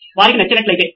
వారికి నచ్చినట్లైతే